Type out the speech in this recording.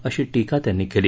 अशी टीका त्यांनी केली